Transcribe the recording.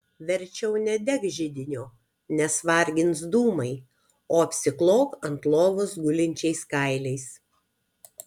verčiau nedek židinio nes vargins dūmai o apsiklok ant lovos gulinčiais kailiais